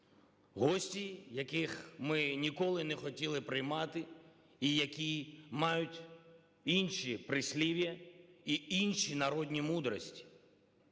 Гості, яких ми ніколи не хотіли приймати і які мають інші прислів'я і інші народні мудрості.